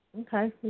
Okay